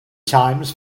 times